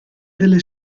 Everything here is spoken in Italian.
delle